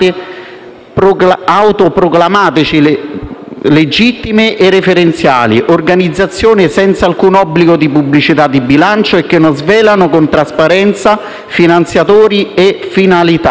autoproclamatesi legittime e autoreferenziali, organizzazioni senza alcun obbligo di pubblicità di bilancio e che non svelano con trasparenza finanziatori e finalità.